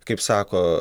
kaip sako